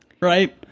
right